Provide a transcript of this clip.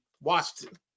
Washington